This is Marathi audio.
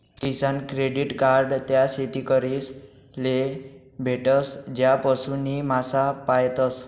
किसान क्रेडिट कार्ड त्या शेतकरीस ले भेटस ज्या पशु नी मासा पायतस